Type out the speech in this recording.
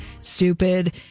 stupid